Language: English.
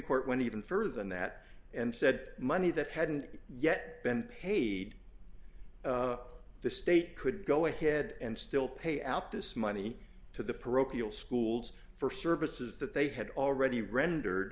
court went even further than that and said money that hadn't yet been paid up the state could go ahead and still pay out this money to the parochial schools for services that they had already r